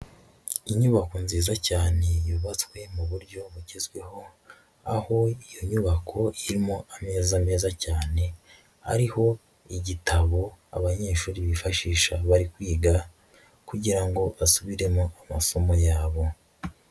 Inyubako nziza cyane yubatswe mu buryo bugezweho, aho iyo nyubako irimo ameza meza cyane, ariho igitabo abanyeshuri bifashisha bari kwiga kugira ngo basubiremo amasomo yabo.